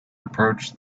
approached